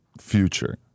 Future